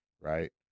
Right